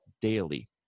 daily